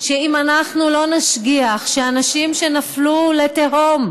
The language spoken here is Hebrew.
אם אנחנו לא נשגיח שאנשים שנפלו לתהום,